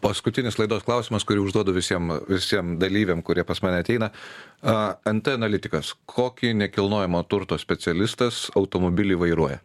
paskutinis laidos klausimas kurį užduodu visiem visiem dalyviam kurie pas mane ateina a en t analitikas kokį nekilnojamo turto specialistas automobilį vairuoja